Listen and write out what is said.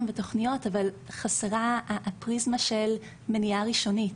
ותוכניות אבל חסרה הפריזמה של מניעה ראשונית.